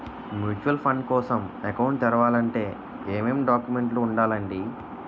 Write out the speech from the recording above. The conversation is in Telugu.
మ్యూచువల్ ఫండ్ కోసం అకౌంట్ తెరవాలంటే ఏమేం డాక్యుమెంట్లు ఉండాలండీ?